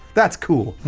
that's cool